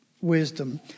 wisdom